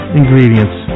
ingredients